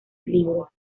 libro